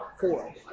Four